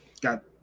got